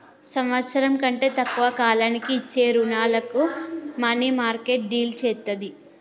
సంవత్సరం కంటే తక్కువ కాలానికి ఇచ్చే రుణాలను మనీమార్కెట్ డీల్ చేత్తది